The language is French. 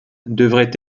devrait